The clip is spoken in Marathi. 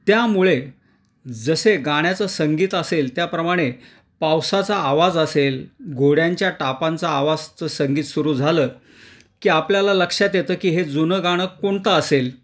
त्यामुळे जसे गाण्याचं संगीत असेल त्याप्रमाणे पावसाचा आवाज असेल घोड्यांच्या टापांचा आवाजाचं संगीत सुरू झालं की आपल्याला लक्षात येतं की हे जुनं गाणं कोणतं असेल